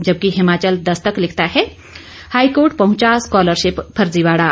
जबकि हिमाचल दस्तक लिखता है हाईकोर्ट पहुंचा स्कॉलशिप फर्जीवाड़ा